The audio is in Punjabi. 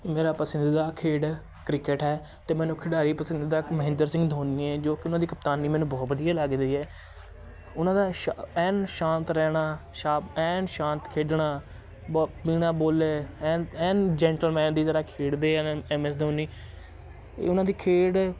ਮੇਰਾ ਪਸਿੰਦਦਾ ਖੇਡ ਕ੍ਰਿਕਟ ਹੈ ਅਤੇ ਮੈਨੂੰ ਖਿਡਾਰੀ ਪਸਿੰਦਦਾ ਮਹਿੰਦਰ ਸਿੰਘ ਧੋਨੀ ਹੈ ਜੋ ਕਿ ਉਹਨਾਂ ਦੀ ਕਪਤਾਨੀ ਮੈਨੂੰ ਬਹੁਤ ਵਧੀਆ ਲੱਗਦੀ ਹੈ ਉਹਨਾਂ ਦਾ ਸ਼ ਐਨ ਸ਼ਾਂਤ ਰਹਿਣਾ ਸ਼ਾ ਐਨ ਸ਼ਾਂਤ ਖੇਡਣਾ ਬੋ ਬਿਨਾਂ ਬੋਲੇ ਐਨ ਐਨ ਜੈਂਟਲਮੈਨ ਦੀ ਤਰ੍ਹਾਂ ਖੇਡਦੇ ਆ ਐਮ ਐੱਸ ਧੋਨੀ ਉਹਨਾਂ ਦੀ ਖੇਡ